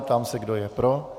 Ptám se, kdo je pro.